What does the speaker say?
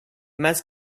must